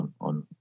on